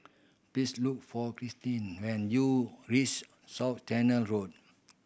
please look for Kristine when you reach South Canal Road